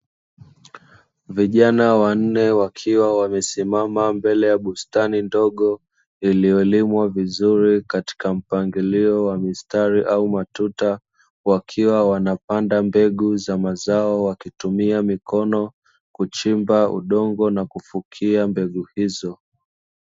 Vijana wanne wakiwa wamesimama mbele ya bustani ndogo, iliyolimwa vizuri katika mpangilio wa mistari au matuta. Wakiwa wanapanda mbegu za mazao wakitumia mikono, kuchimba udongo na kufukia mbegu hizo.